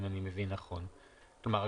כלומר,